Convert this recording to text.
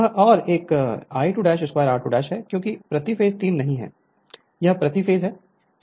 Refer Slide Time 2607 और वह और यह एक I22r2 है क्योंकि प्रति फेस 3 नहीं है यह प्रति फेस है